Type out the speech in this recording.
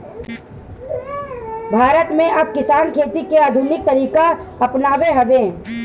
भारत में अब किसान खेती के आधुनिक तरीका अपनावत हवे